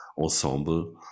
ensemble